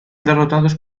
derrotados